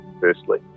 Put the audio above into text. firstly